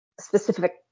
specific